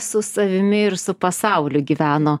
su savimi ir su pasauliu gyveno